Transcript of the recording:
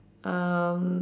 um